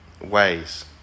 ways